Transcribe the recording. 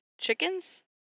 chickens